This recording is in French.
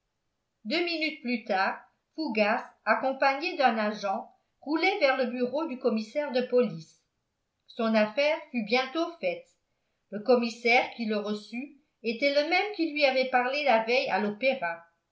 deux minutes plus tard fougas accompagné d'un agent roulait vers le bureau du commissaire de police son affaire fut bientôt faite le commissaire qui le reçut était le même qui lui avait parlé la veille à l'opéra